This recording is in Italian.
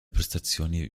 prestazioni